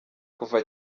kuva